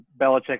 Belichick